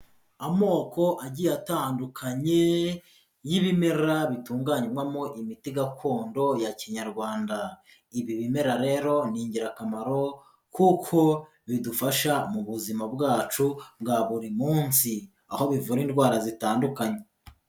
Amoko agiye atandukanye y'ibimera bitunganywamo imiti gakondo ya kinyarwanda, ibi bimera rero ni ingirakamaro kuko bidufasha mu buzima bwacu bwa buri munsi aho bivura indwara zitandukanye.